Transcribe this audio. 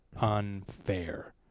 unfair